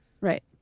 Right